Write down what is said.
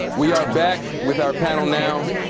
we are back with our panel now.